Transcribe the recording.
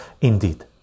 indeed